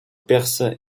perses